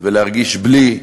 ולהרגיש בלי.